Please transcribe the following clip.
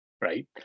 right